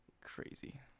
Crazy